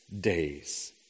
days